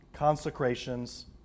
Consecrations